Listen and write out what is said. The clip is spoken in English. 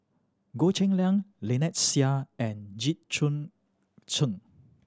Goh Cheng Liang Lynnette Seah and Jit Choon Ch'ng